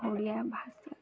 ଓଡ଼ିଆ ଭାଷା